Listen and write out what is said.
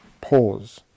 pause